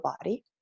body